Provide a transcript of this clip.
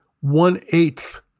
one-eighth